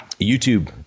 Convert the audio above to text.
YouTube